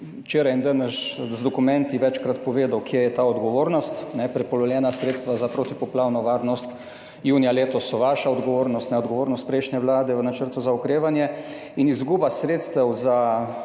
včeraj in danes z dokumenti večkrat povedal, kje je ta odgovornost. Prepolovljena sredstva za protipoplavno varnost junija letos so vaša odgovornost, ne odgovornost prejšnje vlade v načrtu za okrevanje. In izguba sredstev za